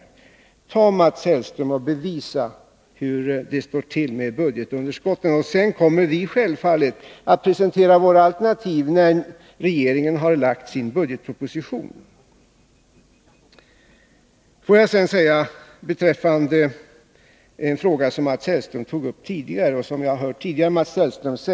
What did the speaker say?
Bevisa, Mats Hellström, hur det står till med budgetunderskotten! Vi kommer självfallet att presentera våra alternativ, när regeringen har lagt fram sin budgetproposition. Mats Hellström tog upp en fråga som jag även tidigare hört Mats Hellström beröra.